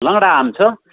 लङ्गडा आँप छ